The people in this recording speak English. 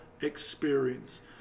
experience